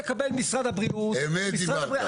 אמת דיברת.